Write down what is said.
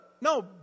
No